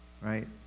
right